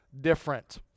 different